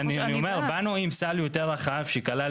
אנחנו באנו בהתחלה עם סל יותר רחב שכלל